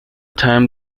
time